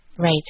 Right